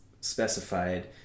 specified